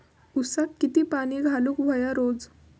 ऊसाक किती पाणी घालूक व्हया रोज?